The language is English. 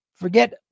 Forget